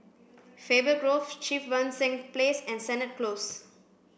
Faber Grove Cheang Wan Seng Place and Sennett Close